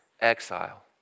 exile